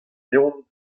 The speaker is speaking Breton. evn